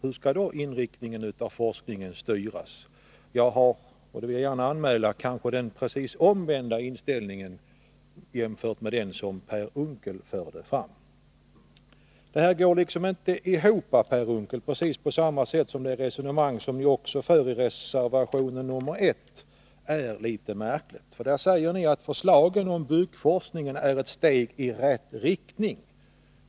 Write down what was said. Hur skall då inriktningen styras? Jag vill anmäla den precis omvända inställningen jämfört med den Per Unckel förde fram. Det går liksom inte ihop, Per Unckel, precis på samma sätt som det resonemang ni för i reservation 1 är väldigt märkligt. Där säger ni att förslagen om byggforskningen är ett steg i rätt riktning.